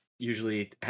usually